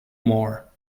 more